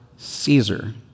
Caesar